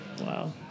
Wow